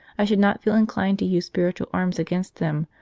i should not feel inclined to use spiritual arms against them,